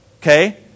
okay